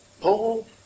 Paul